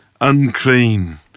Unclean